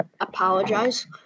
apologize